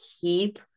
keep